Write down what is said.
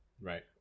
Right